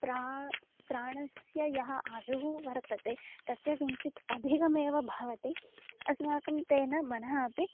प्रा प्राणस्य यः आयुः वर्तते तस्य किञ्चित् अधिकमेव भवति अस्माकं तेन मनः अपि